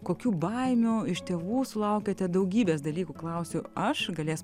kokių baimių iš tėvų sulaukiate daugybės dalykų klausiu aš galės